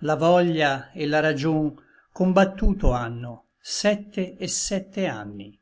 la voglia et la ragion combattuto ànno sette et sette anni